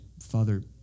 Father